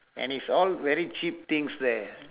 and it's all very cheap things there